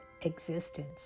existence